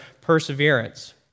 perseverance